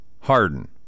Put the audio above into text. Harden